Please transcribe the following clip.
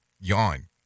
Yawn